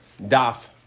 Daf